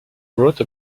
wrote